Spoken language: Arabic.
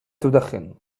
تدخن